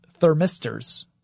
thermistors